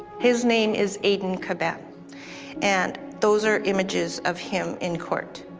his name is aydin coban and those are images of him in court.